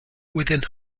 within